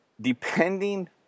Depending